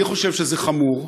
אני חושב שזה חמור.